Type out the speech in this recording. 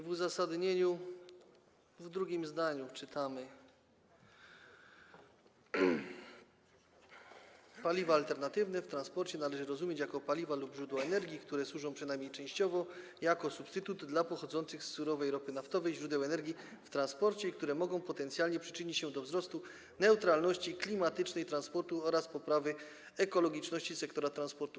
W uzasadnieniu w drugim zdaniu czytamy: Paliwa alternatywne w transporcie należy rozumieć jako paliwa lub źródła energii, które służą przynajmniej częściowo jako substytut dla pochodzących z surowej ropy naftowej źródeł energii w transporcie i które mogą potencjalnie przyczynić się do wzrostu neutralności klimatycznej transportu oraz poprawy ekologiczności sektora transportu.